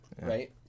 Right